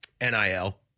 NIL